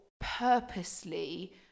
purposely